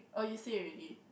oh you say already